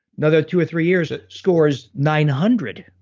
another two or three years, score is nine hundred